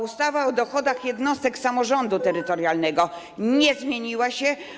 Ustawa o dochodach jednostek samorządu terytorialnego nie zmieniła się.